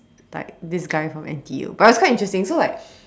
like this guy from N_T_U but it was quite interesting so like